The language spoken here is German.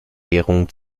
ehrungen